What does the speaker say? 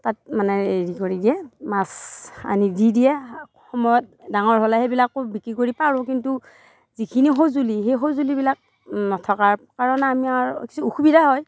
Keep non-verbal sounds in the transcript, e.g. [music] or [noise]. তাত মানে হেৰি কৰি দিয়ে মাছ আনি দি দিয়ে সময়ত ডাঙৰ হ'লে সেইবিলাকো বিক্ৰী কৰি পাৰোঁ কিন্তু যিখিনি সঁজুলি সেই সঁজুলিবিলাক নথকাৰ কাৰণে আমাৰ [unintelligible] অসুবিধা হয়